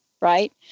right